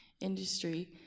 industry